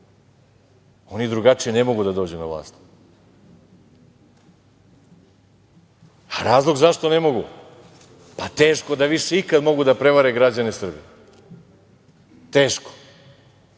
Oni drugačije ne mogu da dođu na vlast. Razlog zašto ne mogu? Pa, teško da više ikad mogu da prevare građane Srbije. Teško,